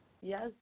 Yes